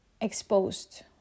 exposed